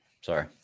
Sorry